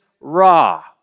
raw